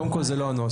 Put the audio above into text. קודם כל, זה לא הנוסח.